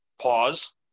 pause